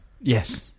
Yes